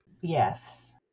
Yes